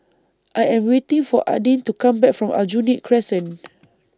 I Am waiting For Adin to Come Back from Aljunied Crescent